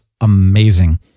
amazing